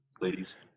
ladies